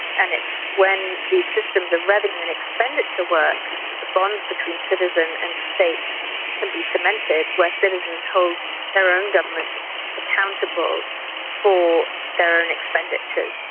and it's when these systems of revenue and expenditure work that the bonds between citizen and state can be cemented where citizens hold their own governments accountable for their own expenditures.